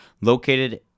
located